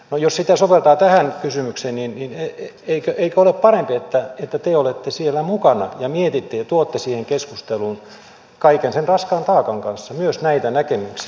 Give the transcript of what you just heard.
no jos sitä soveltaa tähän kysymykseen niin eikö ole parempi että te olette siellä mukana ja mietitte ja tuotte siihen keskusteluun kaiken sen raskaan taakan kanssa myös näitä näkemyksiä